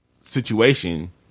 situation